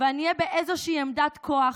ואני אהיה באיזה עמדת כוח,